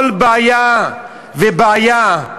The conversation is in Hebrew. כל בעיה ובעיה,